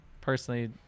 personally